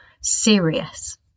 serious